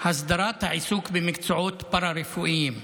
הסדרת העיסוק במקצועות פארה-רפואיים.